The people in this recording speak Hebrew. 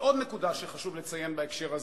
ועוד נקודה שחשוב לציין בהקשר הזה,